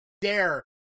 dare